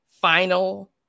final